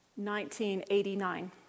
1989